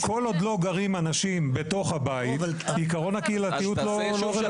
כל עוד לא גרים אנשים בתוך הבית אז עיקרון הקהילתיות לא רלוונטי.